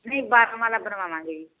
ਨਹੀਂ ਬਾਕਮਾਲ ਬਣਵਾਵਾਂਗੇ ਜੀ